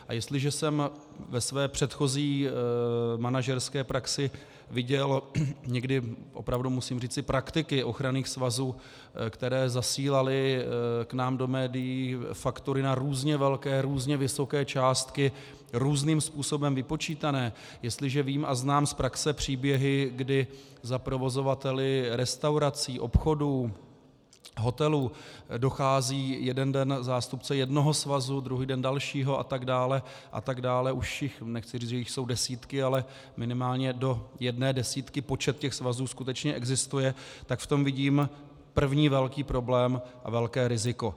A jestliže jsem ve své předchozí manažerské praxi viděl někdy opravdu musím říci praktiky ochranných svazů, které zasílaly k nám do médií faktury na různě velké, různě vysoké částky, různým způsobem vypočítané, jestliže vím a znám z praxe příběhy, kdy za provozovateli restaurací, obchodů, hotelů, dochází jeden den zástupce jednoho svazu, druhý den dalšího atd., nechci říci, že jich jsou desítky, ale minimálně do jedné desítky počet těch svazů skutečně existuje, tak v tom vidím první velký problém a velké riziko.